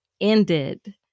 ended